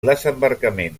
desembarcament